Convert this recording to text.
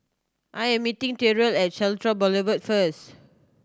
I am meeting Terrill at Central Boulevard first